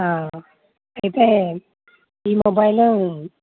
అయితే ఈ మొబైలు